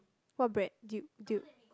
what bread dude dude